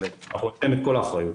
אנחנו ניתן את כל האחריות.